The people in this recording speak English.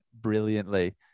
brilliantly